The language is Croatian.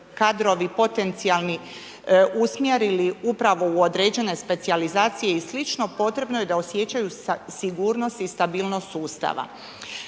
kadrovi potencijalni usmjerili upravo u određene specijalizacije i sl., potrebno je da osjećaju sigurnost i stabilnost sustava.